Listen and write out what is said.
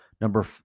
Number